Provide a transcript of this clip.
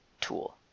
tool